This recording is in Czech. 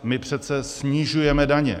My přece snižujeme daně.